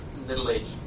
middle-aged